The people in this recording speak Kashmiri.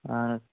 اَہن حظ